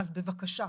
אז בבקשה,